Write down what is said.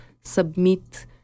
submit